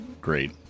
great